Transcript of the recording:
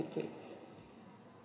good grades